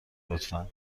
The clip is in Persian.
لطفا